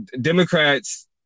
democrats